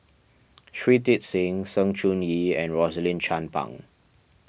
Shui Tit Sing Sng Choon Yee and Rosaline Chan Pang